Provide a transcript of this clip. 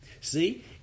See